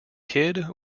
kidd